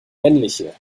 männliche